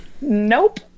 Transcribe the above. nope